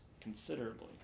considerably